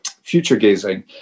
future-gazing